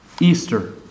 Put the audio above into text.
Easter